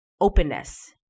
openness